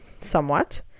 somewhat